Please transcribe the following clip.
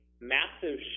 massive